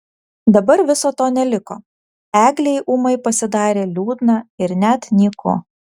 dabar viso to neliko eglei ūmai pasidarė liūdna ir net nyku